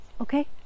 Okay